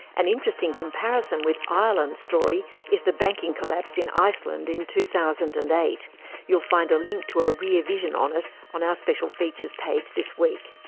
an interesting comparison with ireland's story is the banking collapse in iceland in two thousand and eight you'll find a link to a rear vision on it on our special features page this week.